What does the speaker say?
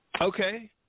Okay